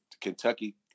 Kentucky